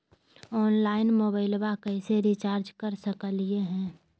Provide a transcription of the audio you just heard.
Online मोबाइलबा कैसे recharge कर सकलिए है?